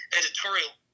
editorial